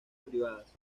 privadas